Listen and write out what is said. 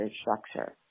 structure